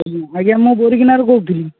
ଆଜ୍ଞା ମୁଁ ବୋରିଗମାରୁ କହୁଥିଲି